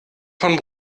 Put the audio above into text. vom